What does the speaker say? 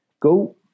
Go